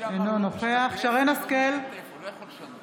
אינו נוכח שרן מרים השכל,